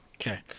Okay